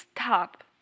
stop